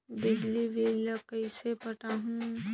बिजली बिल ल कइसे पटाहूं?